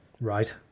Right